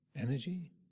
energy